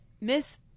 Miss